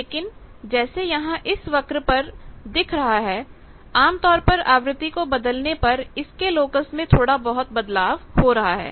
लेकिन जैसे यहां इस वक्र पर दिख रहा है कि आमतौर पर आवृत्ति को बदलने पर इसके लोकस में थोड़ा बहुत बदलाव हो रहा है